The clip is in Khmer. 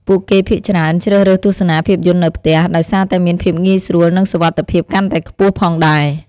ពួកគេភាគច្រើនជ្រើសរើសទស្សនាភាពយន្តនៅផ្ទះ ដោយសារតែមានភាពងាយស្រួល និងសុវត្ថិភាពកាន់តែខ្ពស់ផងដែរ។